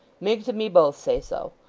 miggs and me both say so.